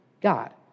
God